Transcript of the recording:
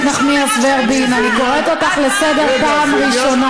אתם אומרים שזה לא קשור לראש הממשלה.